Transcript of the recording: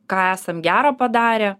ką esam gero padarę